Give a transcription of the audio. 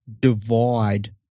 divide